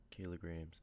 kilograms